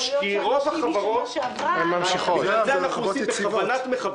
את זה אנחנו עושים בכוונת מכוון.